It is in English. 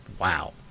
wow